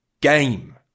game